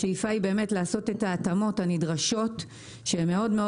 השאיפה היא לעשות את ההתאמות הנדרשות שהן מאוד מאוד